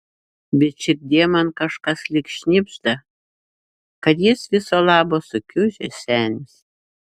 bet širdyje man kažkas lyg šnibžda kad jis viso labo sukiužęs senis